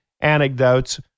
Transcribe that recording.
anecdotes